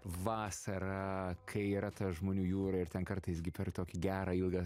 vasarą kai yra ta žmonių jūra ir ten kartais gi per tokį gerą ilgą